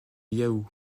yahoo